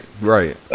right